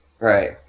Right